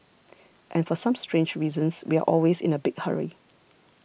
and for some strange reasons we are always in a big hurry